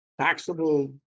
taxable